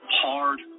hard